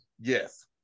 Yes